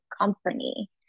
company